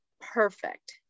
perfect